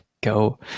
go